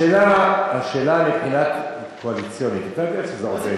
השאלה, מבחינה קואליציונית, אתה יודע איך זה עובד.